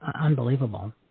unbelievable